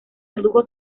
redujo